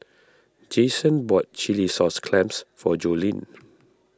Jason bought Chilli Sauce Clams for Joleen